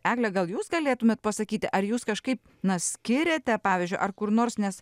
egle gal jūs galėtumėt pasakyti ar jūs kažkaip na skiriate pavyzdžiui ar kur nors nes